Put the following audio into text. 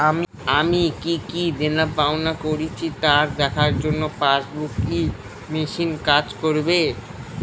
আমি কি কি দেনাপাওনা করেছি তা দেখার জন্য পাসবুক ই মেশিন কাজ করবে?